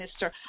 Mr